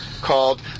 called